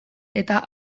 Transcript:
eta